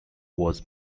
was